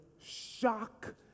shock